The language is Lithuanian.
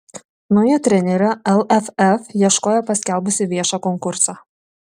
naujo trenerio lff ieškojo paskelbusi viešą konkursą